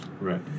Right